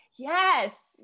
yes